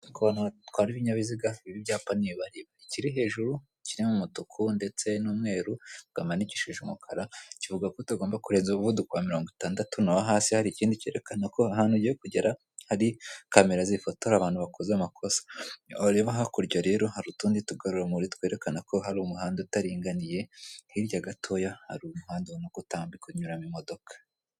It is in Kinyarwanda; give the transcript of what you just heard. Ku bantu batwara ibinyabiziga ibi byapa ntibibareba ikiri hejuru kirimo umutuku ndetse n'umweru amagambo yandikishijwe umukara kivugako utagombakurenza umuvuduko wa mirongo itandatu naho hasi hari ikindi kerekana ko ahantu ugiye kugera hari kamera zifotora abantu bakoze amakosa, wareba hakurya rero hari utundi tugarurarumuri twerekana ko hari umuhanda utaringaniye hirya gatoya hari umuhanda ubona ko utambika unyuramo imodoka.